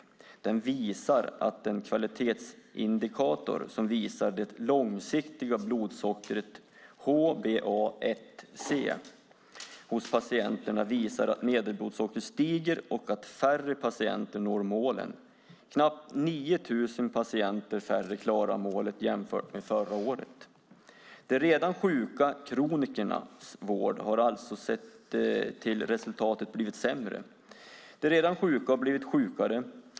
Av den framgår att den kvalitetsindikator som visar det långsiktiga blodsockret, HbA1c, hos patienterna anger att medelblodsockret stiger och att färre patienter når målen. Ungefär 9 000 färre patienter klarar målet jämfört med förra året. De redan sjuka kronikernas vård har alltså, sett till resultatet, blivit sämre. De redan sjuka har blivit sjukare.